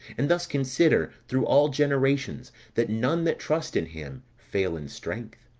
and thus consider, through all generations that none that trust in him, fail in strength.